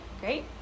Great